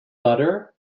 butter